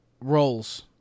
roles